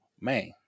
man